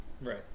Right